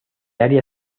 área